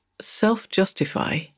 self-justify